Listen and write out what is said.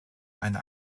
eine